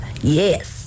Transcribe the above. Yes